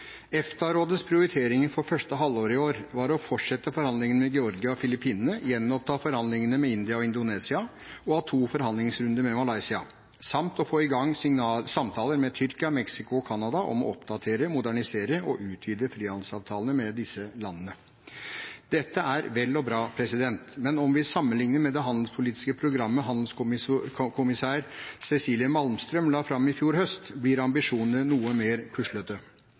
prioriteringer for første halvår i år var å fortsette forhandlingene med Georgia og Filipinene, gjenoppta forhandlingene med India og Indonesia og ha to forhandlingsrunder med Malaysia samt å få i gang samtaler med Tyrkia, Mexico og Canada om å oppdatere, modernisere og utvide frihandelsavtalene med disse landene. Dette er vel og bra, men om vi sammenligner med det handelspolitiske programmet handelskommissær Cecilia Malmström la fram i fjor høst, blir ambisjonene noe mer puslete.